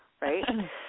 right